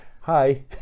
Hi